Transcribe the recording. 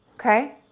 okay?